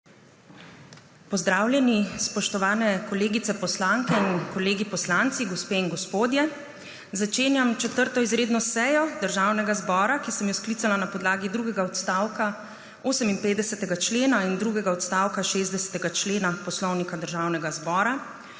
Pozdravljeni, spoštovani kolegice poslanke in kolegi poslanci, gospe in gospodje! Začenjam 4. izredno sejo Državnega zbora, ki sem jo sklicala na podlagi drugega odstavka 58. člena in drugega odstavka 60. člena Poslovnika Državnega zbora.